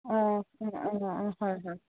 অঁ অঁ অঁ অঁ হয় হয়